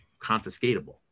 confiscatable